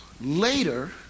later